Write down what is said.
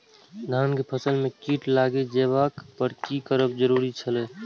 धान के फसल में कीट लागि जेबाक पर की करब जरुरी छल?